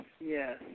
yes